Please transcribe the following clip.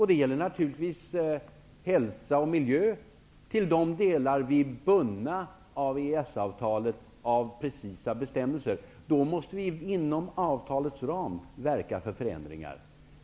Det gäller naturligtvis hälsa och miljö till de delar vi är bundna av EES-avtalet eller av precisa bestämmelser. Då måste vi inom avtalets ram verka för förändringar.